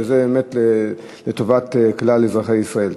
וזה באמת לטובת כלל אזרחי ישראל.